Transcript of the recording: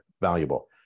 valuable